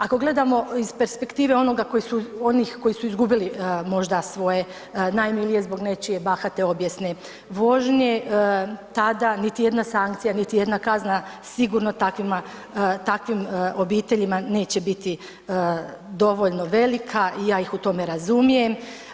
Ako gledamo iz perspektive onoga koji su, onih koji su izgubili možda svoje najmilije zbog nečije bahate obijesne vožnje, tada niti jedna sankcija, niti jedna kazna sigurno takvima, takvim obiteljima neće biti dovoljno velika i ja ih u tome razumijem.